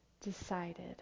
decided